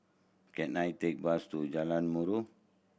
can I take bus to Jalan Murai